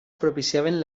propiciaren